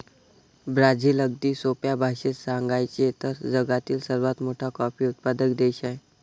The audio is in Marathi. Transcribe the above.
ब्राझील, अगदी सोप्या भाषेत सांगायचे तर, जगातील सर्वात मोठा कॉफी उत्पादक देश आहे